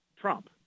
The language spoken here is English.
Trump